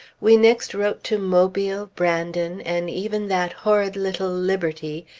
we next wrote to mobile, brandon, and even that horrid little liberty,